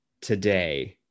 today